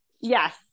Yes